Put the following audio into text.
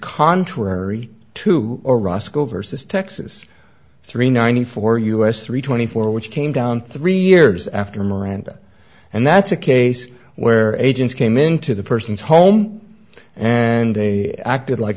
contrary to or roscoe versus texas three ninety four us three twenty four which came down three years after miranda and that's a case where agents came into the person's home and they acted like